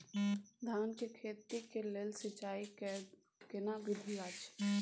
धान के खेती के लेल सिंचाई कैर केना विधी अछि?